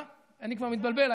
אני כבר מתבלבל,